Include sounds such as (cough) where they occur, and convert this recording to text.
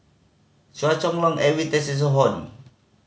Chua Chong Long Edwin Tessensohn (unintelligible)